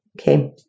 okay